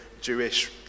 jewish